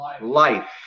life